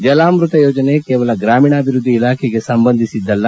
ಜಲಾಮೃತ ಯೋಜನೆ ಕೇವಲ ಗ್ರಾಮೀಣಾಭಿವೃದ್ಧಿ ಇಲಾಖೆಗೆ ಸಂಬಂಧಿಸಿದ್ದಲ್ಲ